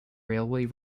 railway